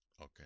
okay